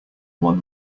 one